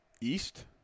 east